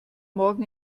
morgen